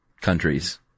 countries